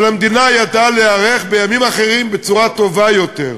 אבל המדינה ידעה להיערך בימים אחרים בצורה טובה יותר.